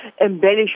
embellish